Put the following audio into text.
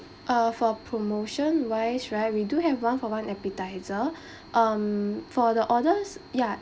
uh for promotion wise right we do have one-for-one appetiser um for the orders ya